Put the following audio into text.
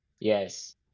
Yes